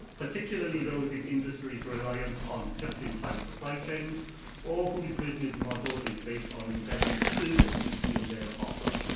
particularly those in industries reliant on just-in-time supply chains or whose business model is based on embedding services in their offer,